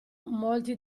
molti